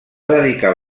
dedicar